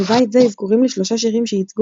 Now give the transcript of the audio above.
בבית זה אזכורים לשלושה שירים שייצגו